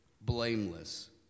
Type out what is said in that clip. blameless